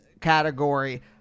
category